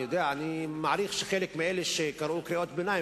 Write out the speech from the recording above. אני מעריך שחלק מאלה שקראו קריאות ביניים,